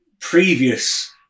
previous